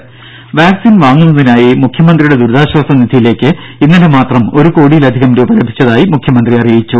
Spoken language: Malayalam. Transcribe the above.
ദ്ദേ വാക്സിൻ വാങ്ങുന്നതിനായി മുഖ്യമന്ത്രിയുടെ ദുരിതാശ്വാസ നിധിയിലേക്ക് ഇന്നലെ മാത്രം ഒരുകോടിയിലധികം രൂപ ലഭിച്ചതായി മുഖ്യമന്ത്രി അറിയിച്ചു